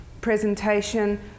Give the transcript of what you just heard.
presentation